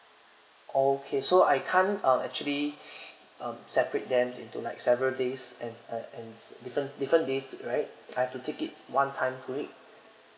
okay so I can't uh actually um separate them into like several days and uh and different different days right I have to take it one time great